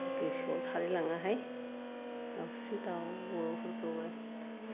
गोसोआव थालायलाङाहाय दाउस्रि दाउ माबाफोरखौबो